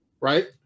right